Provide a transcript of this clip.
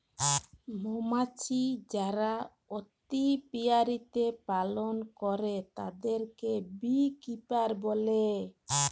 মমাছি যারা অপিয়ারীতে পালল করে তাদেরকে বী কিপার বলে